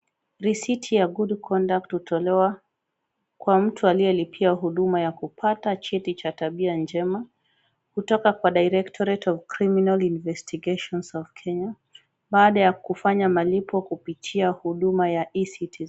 Risiti ya good conduct hutolewa kwa mtu aliyelipia huduma ya kupata cheti cha tabia njema kutoka kwa directorate of criminal investigation of Kenya baada ya kufanya malipo kupitia huduma ya E-citizen .